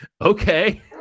okay